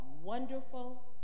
Wonderful